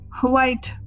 white